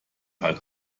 halt